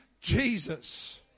Jesus